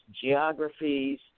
geographies